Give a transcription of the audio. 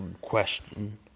question